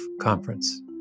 conference